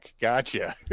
Gotcha